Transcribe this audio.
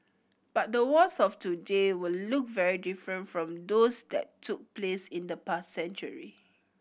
but the wars of today will look very different from those that took place in the past century